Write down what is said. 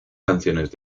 canciones